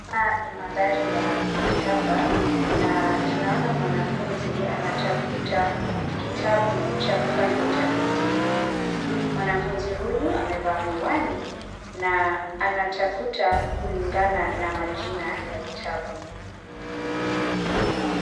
Hapa ni mandhari ya maktaba na tunaona mwanafunzi natafuta kitabu cha kufanya utafiti. Mwanafunzi huyu amevaa miwani na anatafuta kulingana na majina ya vitabu.